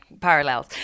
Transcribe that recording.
parallels